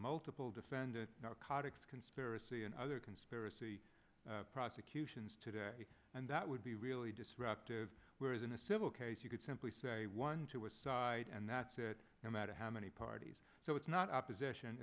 multiple defendants narcotics conspiracy and other conspiracy prosecutions today and that would be really disruptive whereas in a civil case you could simply say one two aside and that's it no matter how many parties so it's not opposition